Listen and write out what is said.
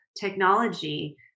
technology